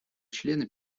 члены